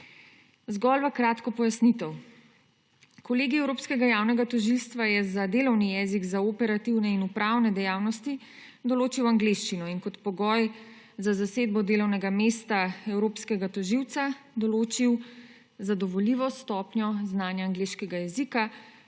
Zgolj v kratko pojasnitev. Kolegij Evropskega javnega tožilstva je za delovni jezik za operativne in upravne dejavnosti določil angleščino in kot pogoj za zasedbno delovnega mesta evropskega tožilca določil zadovoljivo stopnjo znanja angleškega jezika,